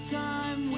time